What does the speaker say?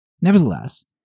Nevertheless